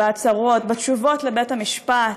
בהצהרות, בתשובות לבית-המשפט,